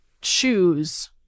choose